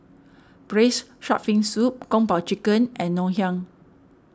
Braised Shark Fin Soup Kung Po Chicken and Ngoh Hiang